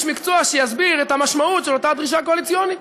איש מקצוע שיסביר את המשמעות של אותה דרישה קואליציונית.